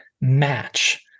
match